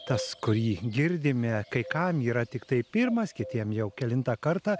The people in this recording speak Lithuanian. tas kurį girdime kai kam yra tiktai pirmas kitiem jau kelintą kartą